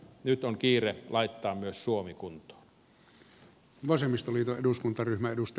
nyt on kiire laittaa myös suomi kuntoon